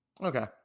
Okay